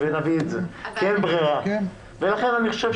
אלא אם את רוצה